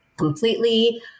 completely